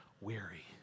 weary